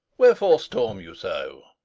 wherefore storm you so?